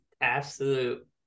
absolute